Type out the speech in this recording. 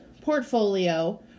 portfolio